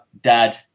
Dad